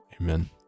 Amen